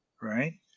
Right